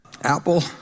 Apple